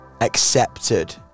accepted